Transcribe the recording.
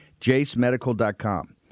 JaceMedical.com